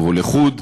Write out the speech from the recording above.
או לחוד,